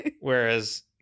whereas